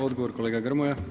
Odgovor kolega Grmoja.